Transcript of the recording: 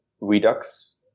Redux